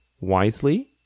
wisely